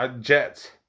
Jets